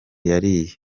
yariye